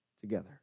together